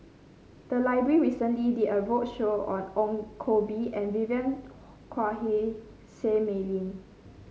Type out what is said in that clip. the library recently did a roadshow on Ong Koh Bee and Vivien Quahe Seah Mei Lin